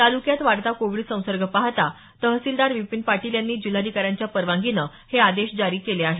तालुक्यात वाढता कोविड संसर्ग पाहता तहसीलदार विपीन पाटील यांनी जिल्हाधिकाऱ्यांच्या परवानगीने हे आदेश काढले आहेत